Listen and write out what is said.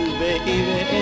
baby